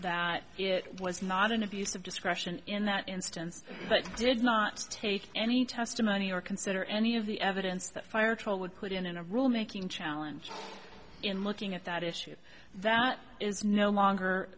that it was not an abuse of discretion in that instance but did not take any testimony or consider any of the evidence that fire trial would put in a rule making challenge in looking at that issue that is no longer